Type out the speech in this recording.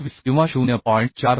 21 किंवा 0